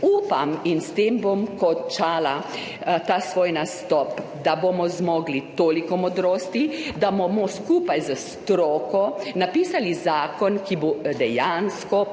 Upam, in s tem bom končala ta svoj nastop, da bomo zmogli toliko modrosti, da bomo skupaj s stroko napisali zakon, ki bo dejansko pomenil